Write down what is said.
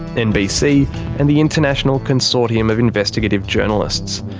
nbc and the international consortium of investigative journalists.